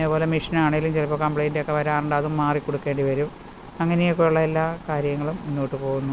പിന്നെ അതുപോലെ മെഷിനാണേലും ചിലപ്പം കംപ്ലൈൻ്റൊക്കെ വരാറുണ്ട് അതും മാറി കൊടുക്കേണ്ടി വരും അങ്ങനെയൊക്കെ ഉള്ള എല്ലാ കാര്യങ്ങളും മുന്നോട്ട് പോകുന്നു